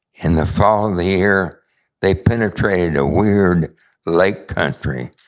in the fall of the year they penetrated a weird lake country,